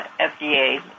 FDA